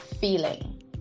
feeling